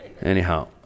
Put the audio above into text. Anyhow